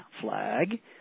flag